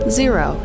zero